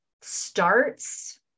starts